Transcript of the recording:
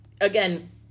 again